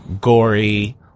gory